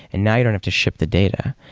and now you don't have to ship the data.